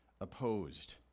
opposed